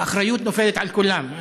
האחריות נופלת על כולם.